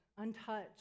untouched